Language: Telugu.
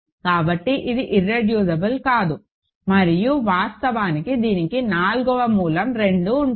కాబట్టి ఇది ఇర్రెడ్యూసిబుల్ కాదు మరియు వాస్తవానికి దీనికి నాల్గవ మూలం 2 ఉంటుంది